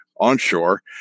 onshore